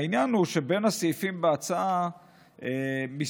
העניין הוא שבין הסעיפים בהצעה מסתתר